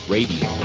Radio